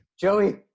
Joey